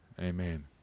amen